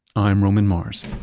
i'm roman mars